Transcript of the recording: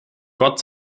gott